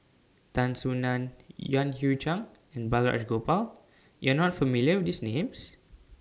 Tan Soo NAN Yan Hui Chang and Balraj Gopal YOU Are not familiar with These Names